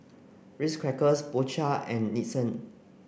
Ritz Crackers Po Chai and Nixon